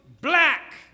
black